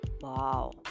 Wow